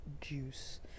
juice